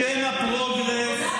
בשם הפרוגרס,